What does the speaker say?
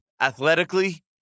athletically